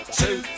two